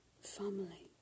family